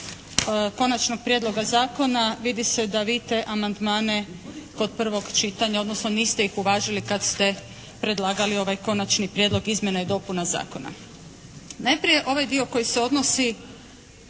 konačnog prijedloga zakona vidite se da vi te amandmane kod prvog čitanja odnosno niste ih uvažili kad ste predlagali ovaj konačni prijedlog izmjena i dopuna zakona. Najprije ovaj dio koji se odnosi,